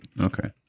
Okay